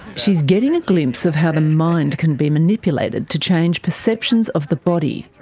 she's getting a glimpse of how the mind can be manipulated to change perceptions of the body,